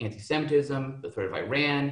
הנקודה האחרונה היא,